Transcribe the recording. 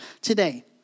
today